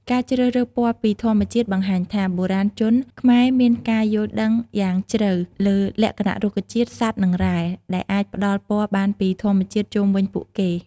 ការជ្រើសរើសពណ៌ពីធម្មជាតិបង្ហាញថា បុរាណជនខ្មែរមានការយល់ដឹងយ៉ាងជ្រៅលើលក្ខណៈរុក្ខជាតិ សត្វ និងរ៉ែ ដែលអាចផ្តល់ពណ៌បានពីធម្មជាតិជុំវិញពួកគេ។